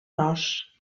gros